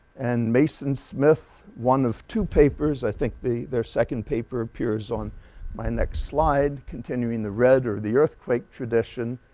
and mase and smith one of two papers i think their second paper appears on my next slide continuing the red or the earthquake tradition.